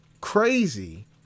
crazy